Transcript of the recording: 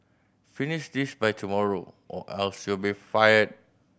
finish this by tomorrow or else you'll be fired